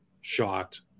shot